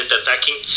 attacking